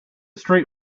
street